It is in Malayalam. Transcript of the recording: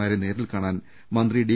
മാരെ നേരിൽക്കാണാൻ മന്ത്രി ഡി